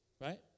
right